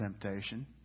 temptation